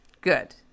good